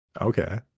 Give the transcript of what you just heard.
okay